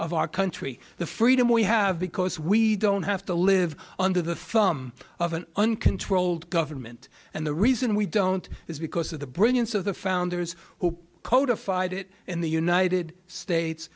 of our country the freedom we have because we don't have to live under the thumb of an uncontrolled government and the reason we don't is because of the brilliance of the founders who codify had it in the united states